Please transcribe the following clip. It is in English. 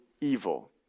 evil